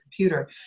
computer